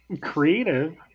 creative